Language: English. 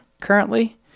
currently